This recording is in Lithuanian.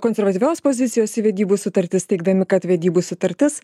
konservatyvios pozicijos į vedybų sutartis teigdami kad vedybų sutartis